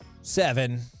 Seven